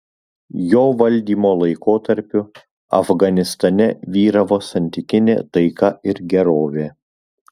jo valdymo laikotarpiu afganistane vyravo santykinė taika ir gerovė